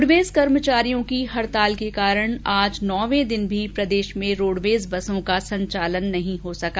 roadways कर्मचारियों की हड़ताल के चलते आज नौवें दिन भी प्रदेश में रोडवेज बसों का संचालन बंद रहा